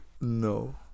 No